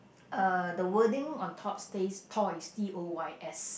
uh the wording on top stays toys T O Y S